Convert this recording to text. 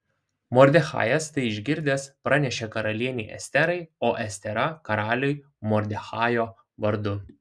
mordechajas tai išgirdęs pranešė karalienei esterai o estera karaliui mordechajo vardu